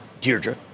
Deirdre